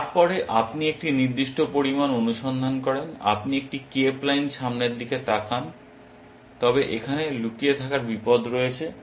তারপরে আপনি একটি নির্দিষ্ট পরিমাণ অনুসন্ধান করেন আপনি একটি কেপ লাইন সামনের দিকে তাকান তবে এখানে লুকিয়ে থাকার বিপদ রয়েছে